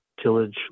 tillage